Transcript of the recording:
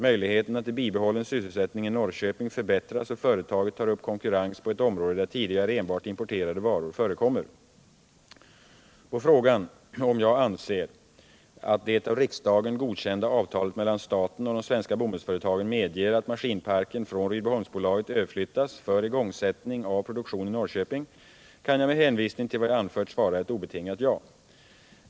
Möjligheterna till bibehållen sysselsättning i Norrköping förbättras, och företaget tar upp konkurrens på ett område där tidigare enbart importerade varor förekommer. På frågan om jag anser att det av riksdagen godkända avtalet mellan staten och de svenska bomullsföretagen medger att maskinparken från Rydboholmsbolaget överflyttas för igångsättning av produktion i Norrköping kan jag med hänvisning till vad jag anfört svara ett obetingat ja.